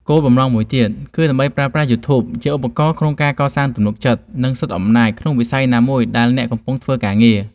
គោលបំណងមួយទៀតគឺដើម្បីប្រើប្រាស់ យូធូប ជាឧបករណ៍ក្នុងការកសាងទំនុកចិត្ត និងសិទ្ធិអំណាចក្នុងវិស័យណាមួយដែលអ្នកកំពុងតែធ្វើការងារ។